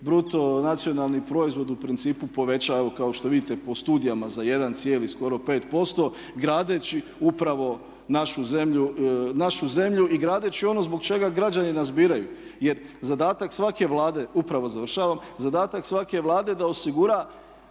bruto nacionalni proizvod u principu povećava kao što vidite po studijama za 1,5% gradeći upravo našu zemlju i gradeći ono zbog čega građani nas biraju. Jer zadatak svake Vlade, upravo završavam, zadatak svaka Vlade je da osigura